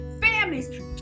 families